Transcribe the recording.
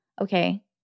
okay